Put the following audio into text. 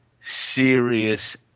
serious